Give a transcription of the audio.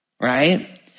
right